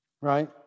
right